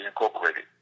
Incorporated